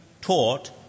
taught